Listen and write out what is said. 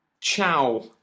Ciao